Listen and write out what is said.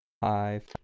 five